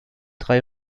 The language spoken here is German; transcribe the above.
drei